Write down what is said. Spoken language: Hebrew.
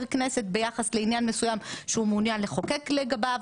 כנסת ביחס לעניין מסוים שהוא מעוניין לחוקק לגביו,